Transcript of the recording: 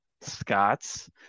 Scots